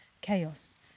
chaos